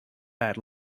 bad